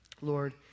Lord